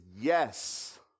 yes